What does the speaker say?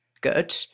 good